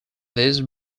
these